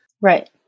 Right